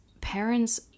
parents